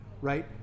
Right